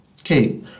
okay